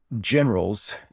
generals